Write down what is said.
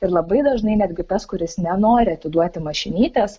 ir labai dažnai netgi tas kuris nenori atiduoti mašinytės